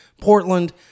Portland